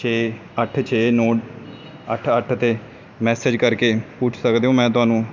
ਛੇ ਅੱਠ ਛੇ ਨੌਂ ਅੱਠ ਅੱਠ 'ਤੇ ਮੈਸੇਜ ਕਰਕੇ ਪੁੱਛ ਸਕਦੇ ਹੋ ਮੈਂ ਤੁਹਾਨੂੰ